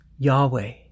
Yahweh